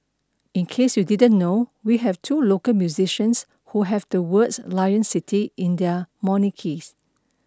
in case you didn't know we have two local musicians who have the words 'Lion City' in their monikers